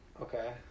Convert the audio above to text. okay